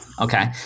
Okay